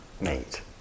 meet